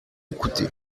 écouté